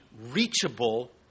reachable